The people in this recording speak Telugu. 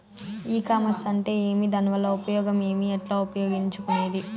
ఈ కామర్స్ అంటే ఏమి దానివల్ల ఉపయోగం ఏమి, ఎట్లా ఉపయోగించుకునేది?